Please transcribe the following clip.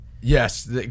Yes